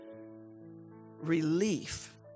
relief